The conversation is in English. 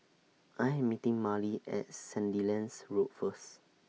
I Am meeting Marley At Sandilands Road First